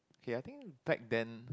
okay I think back then